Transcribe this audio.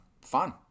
fun